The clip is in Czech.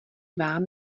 vám